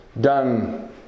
done